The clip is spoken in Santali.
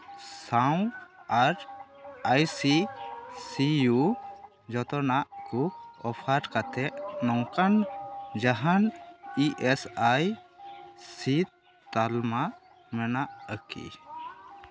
ᱥᱟᱶ ᱟᱨ ᱟᱭ ᱥᱤ ᱥᱤ ᱤᱭᱩ ᱡᱚᱛᱚᱱᱟᱜ ᱠᱩ ᱚᱯᱷᱟᱨ ᱠᱟᱛᱮ ᱱᱚᱝᱠᱟᱱ ᱡᱟᱦᱟᱱ ᱤ ᱮᱥ ᱟᱹᱭ ᱥᱤᱫᱽ ᱛᱟᱞᱢᱟ ᱢᱮᱱᱟᱜᱼᱟ ᱠᱤ